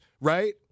right